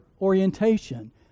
orientation